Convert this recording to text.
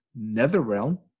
NetherRealm